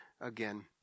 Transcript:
again